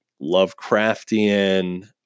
Lovecraftian